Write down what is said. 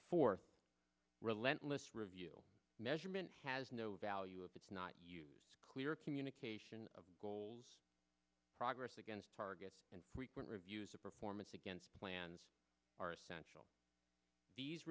for relentless review measurement has no value of it's not used to clear communication goals progress against targets and frequent reviews of performance against plans are essential these